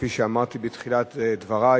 כפי שאמרתי בתחילת דברי,